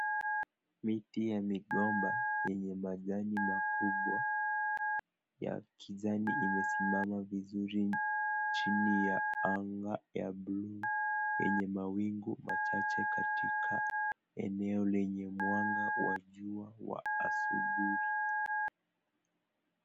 Miti ya mogomba yenye majani makubwa yakijani imesimama vizuri chini ya anga ya bluu yenye mawingu machache katika eneo lenye mwanga wa jua wa asubuhi.